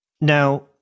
Now